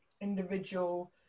individual